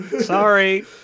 Sorry